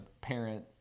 parent